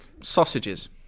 Sausages